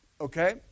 Okay